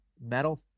metal